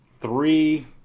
three